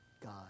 God